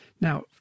Now